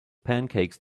pancakes